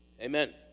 Amen